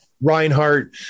Reinhardt